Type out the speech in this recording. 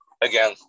again